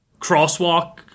crosswalk